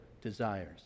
desires